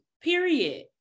period